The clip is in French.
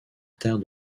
terre